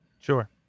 Sure